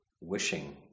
wishing